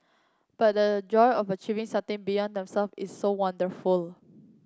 but the joy of achieving something beyond themselves is so wonderful